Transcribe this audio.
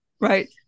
right